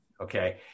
Okay